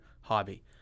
hobby